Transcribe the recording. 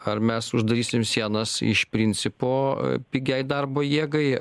ar mes uždarysim sienas iš principo pigiai darbo jėgai